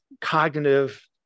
cognitive